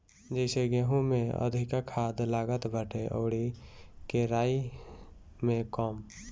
जइसे गेंहू में अधिका खाद लागत बाटे अउरी केराई में कम